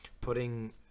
putting